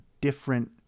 different